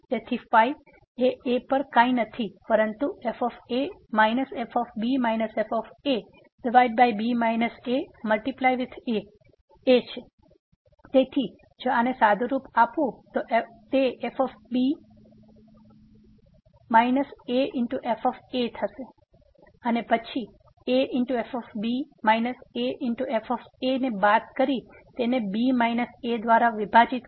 તેથી એ a પર કંઈ નથી પરંતુ fa fb f ab aa તેથી જો આને સાદું રૂપ આપું તો તે bf a af થશે અને પછી af b a f a ને બાદ કરી તેને b a દ્વારા વિભાજિત કરો